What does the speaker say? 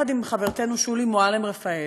יחד עם חברתנו שולי מועלם-רפאלי,